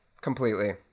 completely